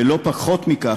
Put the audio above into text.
ולא פחות מכך,